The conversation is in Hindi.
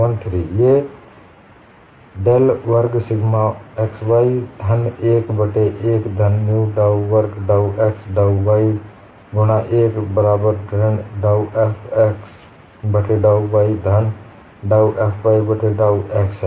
वे डेल वर्ग सिग्मा xy धन 1 बट्टे 1 धन न्यु डाउ वर्ग डाउ x डाउ y गुणा 1 बराबर ऋण डाउ F x बट्टे डाउ y धन डाउ F y बट्टे डाउ x हैं